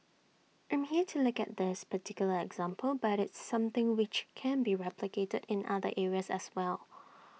I'm here to look at this particular example but it's something which can be replicated in other areas as well